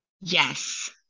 Yes